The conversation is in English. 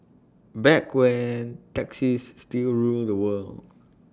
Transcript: back when taxis still ruled the world